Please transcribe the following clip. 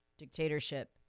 Dictatorship